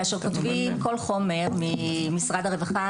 כאשר כותבים כל חומר ממשרד הרווחה,